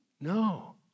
No